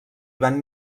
van